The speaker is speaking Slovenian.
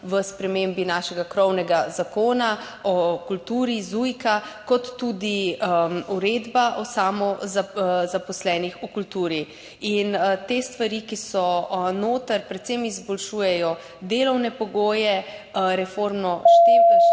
v spremembi našega krovnega zakona o kulturi, ZUJIK, ter tudi Uredbe o samozaposlenih v kulturi. Te stvari, ki so notri, predvsem izboljšujejo delovne pogoje, reformo